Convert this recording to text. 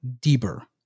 deeper